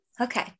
okay